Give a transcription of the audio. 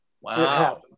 Wow